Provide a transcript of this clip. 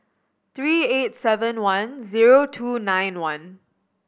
three eight seven one zero two nine one